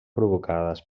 provocades